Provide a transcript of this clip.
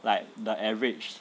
like the average